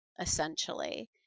essentially